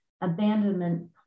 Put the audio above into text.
abandonment